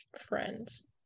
friends